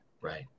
Right